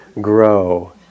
grow